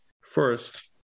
First